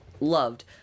loved